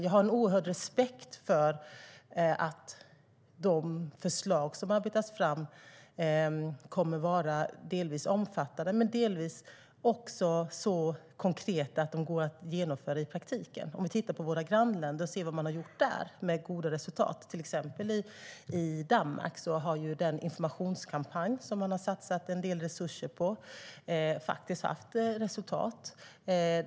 Jag har en oerhörd respekt för att de förslag som arbetas fram kommer att vara delvis omfattande men delvis också så konkreta att de går att genomföra i praktiken. Tittar vi på vad våra grannländer har gjort med goda resultat ser vi att till exempel den informationskampanj som man satsat en del resurser på i Danmark faktiskt gett resultat.